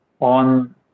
on